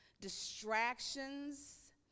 distractions